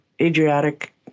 Adriatic